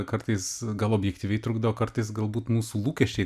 kartais gal objektyviai trukdo o kartais galbūt mūsų lūkesčiai